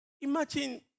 Imagine